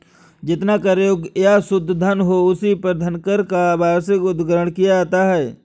जितना कर योग्य या शुद्ध धन हो, उसी पर धनकर का वार्षिक उद्ग्रहण किया जाता है